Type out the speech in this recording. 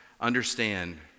understand